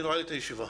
אני נועל את הישיבה.